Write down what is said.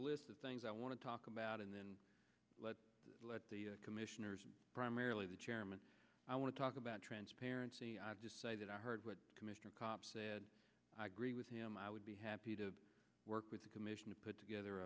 list of things i want to talk about and then let the commissioners primarily the chairman i want to talk about transparency i'd just say that i heard what mr kopp said i agree with him i would be happy to work with the commission to put together